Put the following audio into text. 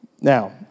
now